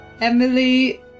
Emily